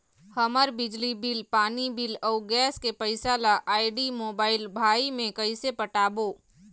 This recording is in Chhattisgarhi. हमर बिजली बिल, पानी बिल, अऊ गैस के पैसा ला आईडी, मोबाइल, भाई मे कइसे पटाबो?